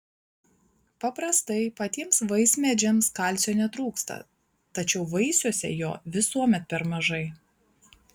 paprastai patiems vaismedžiams kalcio netrūksta tačiau vaisiuose jo visuomet per mažai